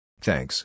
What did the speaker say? Thanks